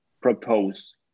propose